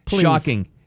Shocking